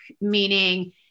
Meaning